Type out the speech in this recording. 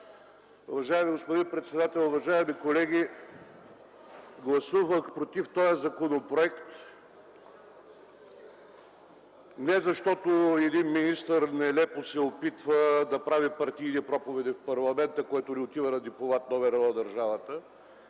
Уважаеми господин председател, уважаеми колеги, гласувах против този законопроект, не защото един министър нелепо се опитва да прави партийни проповеди в парламента, което не отива на дипломат № 1 на държавата,